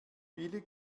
viele